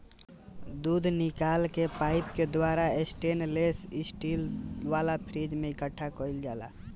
दूध निकल के पाइप के द्वारा स्टेनलेस स्टील वाला फ्रिज में इकठ्ठा कईल जाला